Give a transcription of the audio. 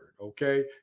okay